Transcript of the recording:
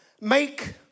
make